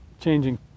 changing